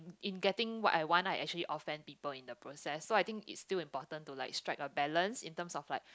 in getting what I want I actually offend people in the process so I think it's still important to like strike a balance in terms of like